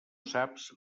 saps